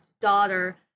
daughter